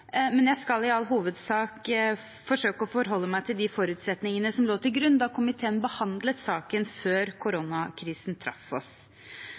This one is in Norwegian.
men jeg skal i all hovedsak forsøke å forholde meg til de forutsetningene som lå til grunn da komiteen behandlet saken før koronakrisen traff oss.